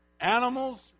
animals